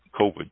COVID